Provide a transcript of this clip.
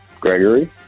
Gregory